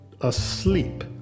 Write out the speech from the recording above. asleep